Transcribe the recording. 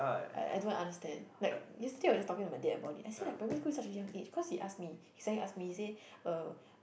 I I don't understand like yesterday I was just talking to my dad about it I say like primary school is such a young age cause he ask me he suddenly ask me he say uh